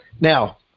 Now